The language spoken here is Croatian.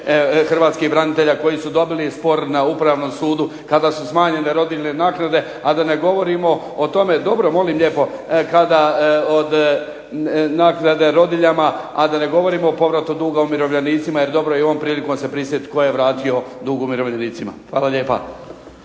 4,5 tisuće branitelja koji su dobili spor na Upravnom sudu, kada su smanjenje rodiljne naknade. A da ne govorimo dobro molim lijepo kada govorimo o naknade rodiljama a da ne govorimo o povratu duga umirovljenicima jer dobro je ovom prilikom se prisjetiti tko je vratio dug umirovljenicima. Hvala lijepa.